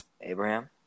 Abraham